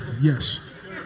yes